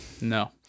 No